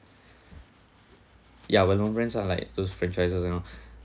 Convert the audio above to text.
yeah well known brands ah like those franchises and all